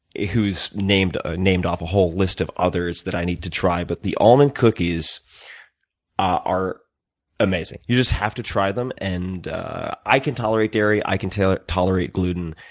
whose named ah named off a whole list of others that i need to try. but the almond cookies are amazing. you just have to try them. and i can tolerate dairy, i can tolerate gluten.